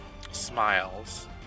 smiles